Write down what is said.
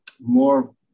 more